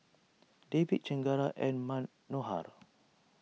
Devi Chengara and Manohar